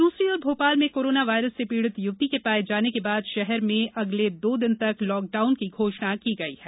दूसरी ओर भोपाल में कोरोना वायरस से पीडित युवती के पाये जाने के बाद शहर में अगले दो दिन तक लॉकडाउन की घोषणा की गयी है